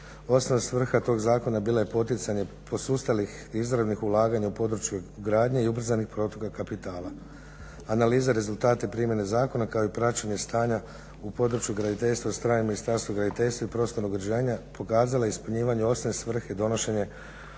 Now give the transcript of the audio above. Osnovna svrha tog zakona bila je poticanje posustalih izravnih ulaganja u području gradnje i ubrzanih protoka kapitala. Analiza rezultata primjene zakona, kao i praćenje stanja u području graditeljstva od strane Ministarstva graditeljstva i prostornog uređenja pokazala je ispunjavanje osnovne svrhe donošenja